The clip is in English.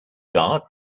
guard